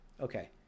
Okay